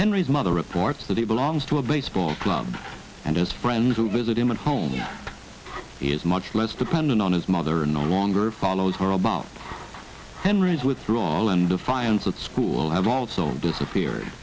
henry's mother reports that he belongs to a baseball club and his friends who visit him at home is much less dependent on his mother no longer follows her about henry's withdrawal and defiance at school have also disappeared